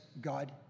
God